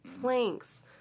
planks